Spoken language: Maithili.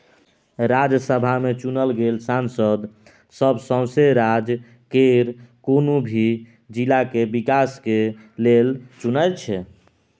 राज्यसभा में चुनल गेल सांसद सब सौसें राज्य केर कुनु भी जिला के विकास के लेल चुनैत छै